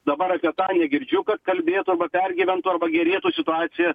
dabar apie tą negirdžiu kad kalbėtų arba pergyventų arba gerėtų situacija